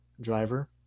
Driver